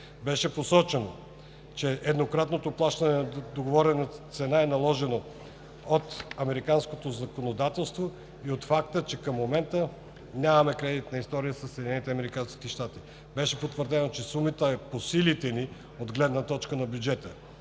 Беше посочено, че еднократното плащане на договорената цена е наложено от американското законодателство и от факта, че към момента нямаме кредитна история със САЩ. Беше потвърдено, че сумата е по силите ни от гледна точка на бюджета.